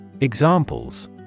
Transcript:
Examples